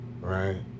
right